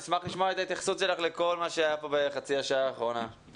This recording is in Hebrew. נשמח לשמוע את ההתייחסות שלך לכל מה שהיה פה בחצי השעה האחרונה.